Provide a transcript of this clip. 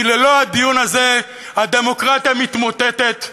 כי ללא הדיון הזה הדמוקרטיה מתמוטטת,